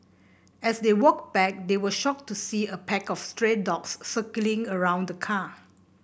as they walked back they were shocked to see a pack of stray dogs circling around the car